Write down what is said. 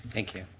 thank you.